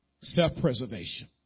Self-preservation